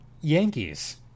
Yankees